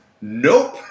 nope